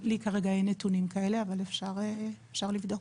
לי כרגע אין נתונים כאלה אבל אפשר לבדוק.